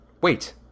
Wait